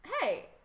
Hey